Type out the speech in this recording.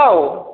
औ